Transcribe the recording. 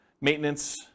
maintenance